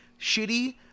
shitty